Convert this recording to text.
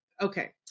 Okay